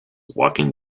walking